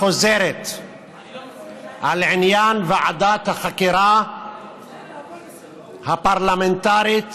חוזרת לעניין ועדת החקירה הפרלמנטרית